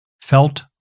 felt